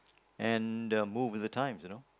and um move with the times you know